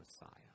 Messiah